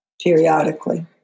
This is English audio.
periodically